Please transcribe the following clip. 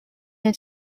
the